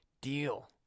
deal